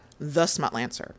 thesmutlancer